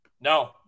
No